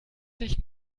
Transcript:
sich